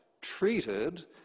treated